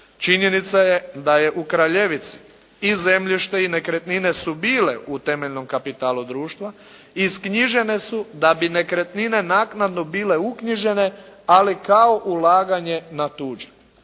Činjenica je da je u Kraljevici i zemljište i nekretnine su bile u temeljnom kapitalu društva, isknjižene su da bi nekretnine naknadno bile uknjižene, ali kao ulaganja na …